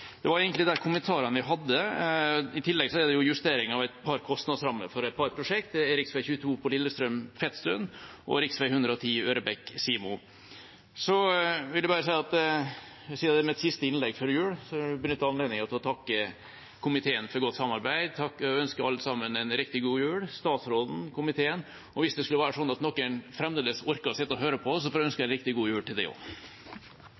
I tillegg er det justeringer av kostnadsrammer for et par prosjekter, rv. 22 Lillestrøm–Fetsund og rv. 110 Ørebekk–Simo. Det var egentlig de kommentarene jeg hadde. Så vil jeg, siden det er mitt siste innlegg før jul, benytte anledningen til å takke komiteen for godt samarbeid og ønske alle sammen – statsråden og komiteen – en riktig god jul. Hvis det skulle være slik at noen fremdeles orker å sitte og høre på,